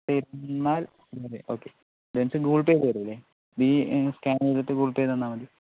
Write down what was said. തന്നാൽ okay advance Google Pay scan ചെയ്തിട്ട് Google Pay തന്നാൽ മതി